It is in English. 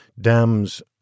Dams